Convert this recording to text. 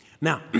Now